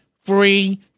Free